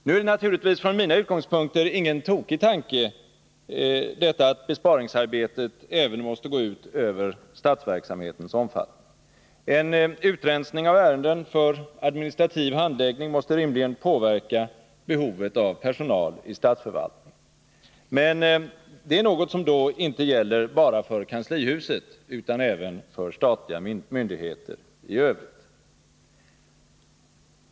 Nu är det naturligtvis från mina utgångspunkter ingen tokig tanke att besparingsarbetet måste gå ut över även statsverksamhetens omfattning. En utrensning av ärenden för administrativ handläggning måste rimligen påverka behovet av personal i statsförvaltningen. Men det är något som då gäller inte bara för kanslihuset utan även för statliga myndigheter i övrigt.